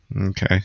Okay